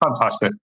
fantastic